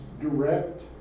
direct